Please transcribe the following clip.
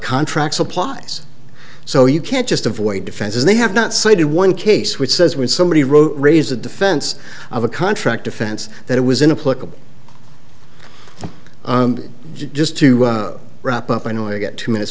contracts applies so you can't just avoid defenses they have not cited one case which says when somebody wrote raise the defense of a contract offense that it was in a political and just to wrap up annoy you get two minutes